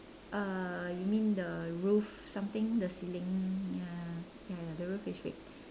uh you mean the roof something the ceiling ya ya ya ya ya the roof is red